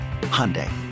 Hyundai